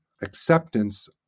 acceptance